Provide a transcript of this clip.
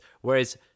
whereas